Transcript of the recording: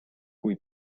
kui